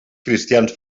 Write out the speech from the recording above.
cristians